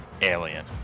alien